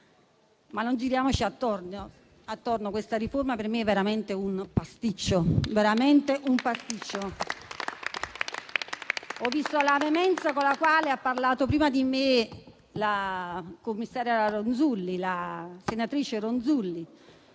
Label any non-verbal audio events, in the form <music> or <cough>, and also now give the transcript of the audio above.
Ma non giriamoci attorno: questa riforma per me è veramente un pasticcio. <applause> Ho visto la veemenza con la quale ha parlato prima di me la senatrice Ronzulli: